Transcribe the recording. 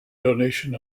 donation